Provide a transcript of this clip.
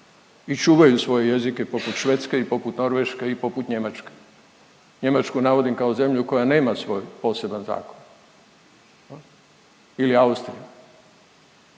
i čuvaju svoje jezik i poput Švedske i poput Norveške i poput Njemačke. Njemačku navodim kao zemlju koja nema svoj poseban zakon ili Austriju,